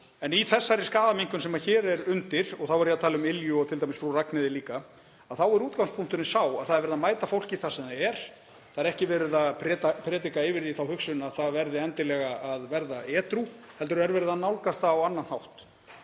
En í þeirri skaðaminnkun sem hér er undir, og þá er ég að tala um Ylju og Frú Ragnheiði líka, er útgangspunkturinn sá að það er verið að mæta fólki þar sem það er. Það er ekki verið að predika yfir því þá hugsun að það verði endilega að verða edrú heldur er verið að nálgast það á annan hátt.